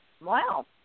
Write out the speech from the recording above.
Wow